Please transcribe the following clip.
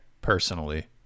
Personally